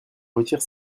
retire